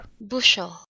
Bushel